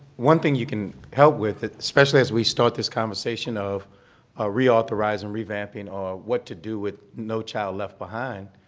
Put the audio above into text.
one thing you can help with, especially as we start this conversation of ah reauthorizing and revamping or what to do with no child left behind,